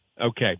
Okay